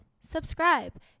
Subscribe